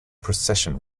precession